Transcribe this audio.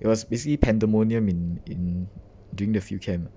it was basically pandemonium in in during the field camp